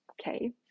Okay